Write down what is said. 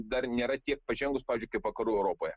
dar nėra tiek pažengus pavyzdžiui kaip vakarų europoje